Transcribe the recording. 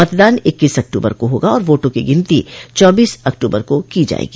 मतदान इक्कीस अक्टूबर को होगा और वोटों की गिनती चौबीस अक्टूबर को की जायेगी